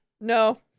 No